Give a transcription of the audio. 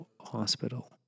hospital